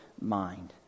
mind